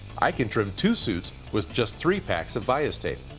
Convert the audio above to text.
i can trim two suits with just three packs of bias tape.